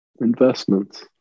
investments